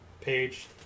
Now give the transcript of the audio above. page